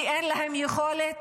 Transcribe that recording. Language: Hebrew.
כי אין להן יכולת?